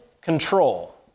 control